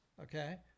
Okay